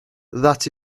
that